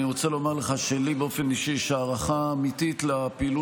אני רוצה לומר לך שלי באופן אישי יש הערכה אמיתית לפעולה